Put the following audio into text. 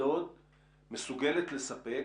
הרבה פעמים הדברים נופלים בגלל חוסר התאמה.